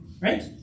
Right